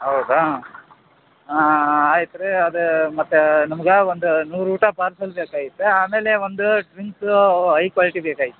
ಹೌದಾ ಆಯ್ತು ರೀ ಅದೇ ಮತ್ತು ನಮ್ಗೆ ಒಂದು ನೂರು ಊಟ ಪಾರ್ಸೆಲ್ ಬೇಕಾಯಿತ ಆಮೇಲೆ ಒಂದು ಡ್ರಿಂಕ್ಸ ಐ ಕ್ವಾಲಿಟಿ ಬೇಕಾಗಿತ್ತು